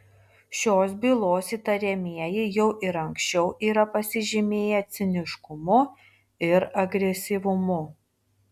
šios bylos įtariamieji jau ir anksčiau yra pasižymėję ciniškumu ir agresyvumu